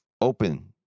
open